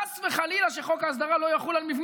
חס וחלילה שחוק ההסדרה לא יחול על מבנים